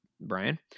Brian